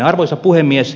arvoisa puhemies